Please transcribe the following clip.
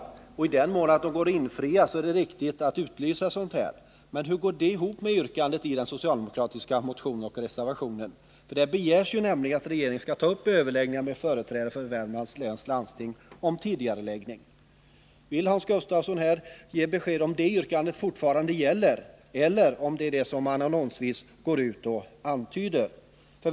I den mån dessa förväntningar går att infria är det naturligtvis gott och väl, men hur går detta ihop med yrkandet i den socialdemokratiska motionen och reservationen? Där begärs nämligen att regeringen skall ta upp överläggningar med företrädare för Värmlands läns landsting om tidigareläggning av landstingskommunala investeringar. Vill Hans Gustafsson ge ett besked om huruvida detta yrkande fortfarande gäller? Eller gäller det som man antyder i uppropet?